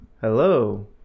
hello